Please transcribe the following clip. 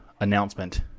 announcement